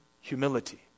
humility